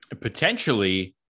Potentially